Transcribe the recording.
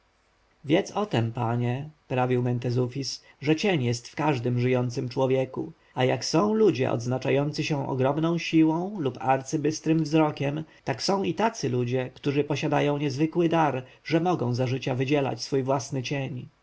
wiedz o tem panie prawił mentezufis że cień jest w każdym żyjącym człowieku a jak są ludzie odznaczający się ogromną siłą lub arcybystrym wzrokiem tak są i tacy ludzie którzy posiadają niezwykły dar że mogą za życia wydzielać swój własny cień